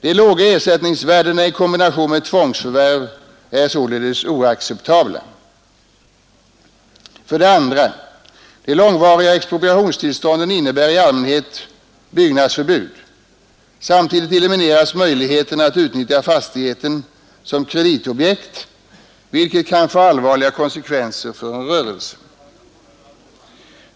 De låga ersättningsvärdena i kombination med tvångsförvärv är inte antagbara. 2. De långvariga expropriationstillstånden innebär i allmänhet byggnadsförbud. Samtidigt elimineras möjligheterna att utnyttja fastigheten som kreditobjekt, vilket kan få allvarliga konsekvenser för en rörelse.